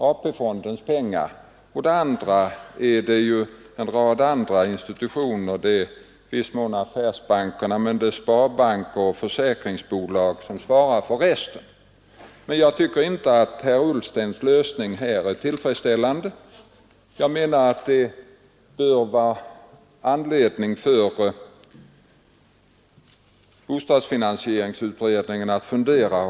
Herr Grebäck och andra har sagt att här finns ingenting nytt, det är bara det gamla. Jag beklagar att man ändå inte kan se som något väsentligt nytt det som inryms i dessa båda propositioner om saneringsverksamhet.